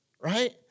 right